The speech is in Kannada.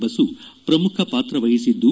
ಬಸು ಪ್ರಮುಖ ಪಾತ್ರ ವಹಿಸಿದ್ದು